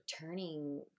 Turning